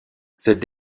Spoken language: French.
cette